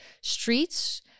streets